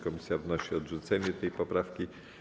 Komisja wnosi o odrzucenie tej poprawki.